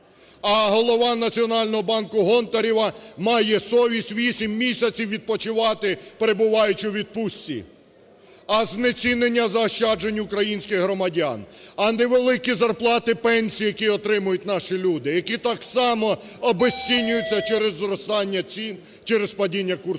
А голова Національного банку Гонтарева має совість 8 місяців відпочивати, перебуваючи у відпустці. А знецінення заощаджень українських громадян, а невеликі зарплати, пенсії, які отримують наші люди, які так само обезцінюються через зростання цін, через падіння курсу